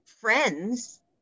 friends